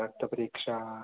रक्तपरीक्षा